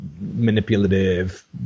manipulative